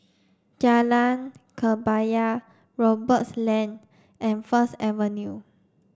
Jalan Kebaya Roberts Lane and First Avenue